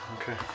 Okay